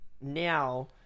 Now